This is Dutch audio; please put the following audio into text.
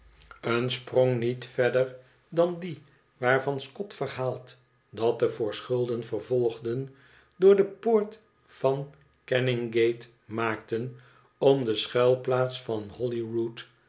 een sprong niet verder dan die waarvan scott verhaalt dat de voor schulden vervolgden door de poort van caningate maakten om de schuilplaats van holyrood